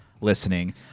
listening